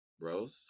Rose